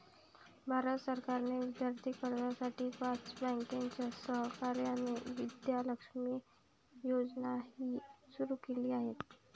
भारत सरकारने विद्यार्थी कर्जासाठी पाच बँकांच्या सहकार्याने विद्या लक्ष्मी योजनाही सुरू केली आहे